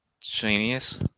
genius